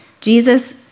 Jesus